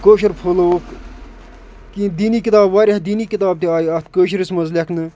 کٲشُر پھہلووُکھ کیٚنٛہہ دیٖنی کِتاب وارِیاہ دیٖنۍ کِتاب تہِ آیہِ اَتھ کٲشرس منٛز لیٚکھنہٕ